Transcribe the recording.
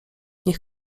niech